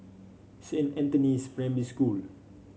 Saint Anthony's Primary School